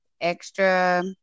extra